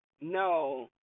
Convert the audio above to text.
no